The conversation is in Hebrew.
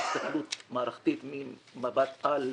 הסתכלות מערכתית, מעין מבט-על,